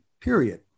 period